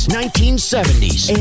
1970s